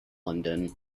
london